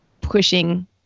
pushing